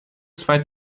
zwei